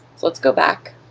let's go back